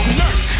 nurse